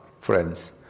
friends